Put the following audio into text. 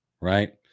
Right